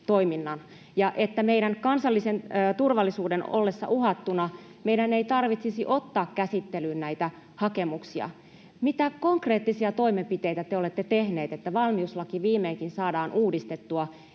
ja että meidän kansallisen turvallisuuden ollessa uhattuna meidän ei tarvitsisi ottaa käsittelyyn näitä hakemuksia. Mitä konkreettisia toimenpiteitä te olette tehneet, että valmiuslaki viimeinkin saadaan uudistettua?